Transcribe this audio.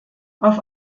auf